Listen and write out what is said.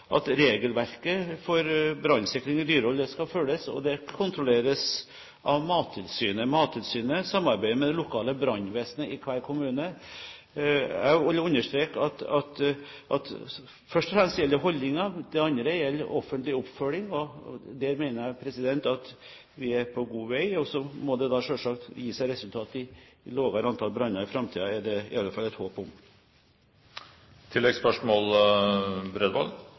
at regelverket for brannsikring ved dyrehold skal følges. Det kontrolleres av Mattilsynet, og Mattilsynet samarbeider med det lokale brannvesenet i hver kommune. Jeg vil understreke at det først og fremst gjelder holdninger. Det andre gjelder offentlig oppfølging, og der mener jeg at vi er på god vei. Så må det selvsagt gi som resultat et lavere antall branner i framtiden. Det er det i alle fall et håp